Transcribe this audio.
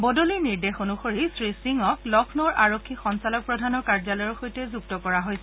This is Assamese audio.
বদলিৰ নিৰ্দেশ অনুসৰি শ্ৰী সিঙক লক্ষ্ণৌৰ আৰক্ষী সঞ্চালক প্ৰধানৰ কাৰ্যালয়ৰ সৈতে সংযুক্ত কৰা হৈছে